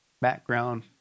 background